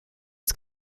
its